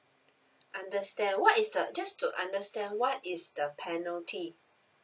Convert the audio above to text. understand what is the just to understand what is the penalty